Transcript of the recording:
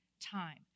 time